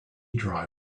dry